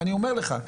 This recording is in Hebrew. אני אומר לך,